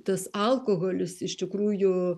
tas alkoholis iš tikrųjų